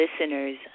listeners